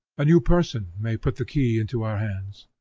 a new person, may put the key into our hands.